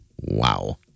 Wow